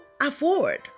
afford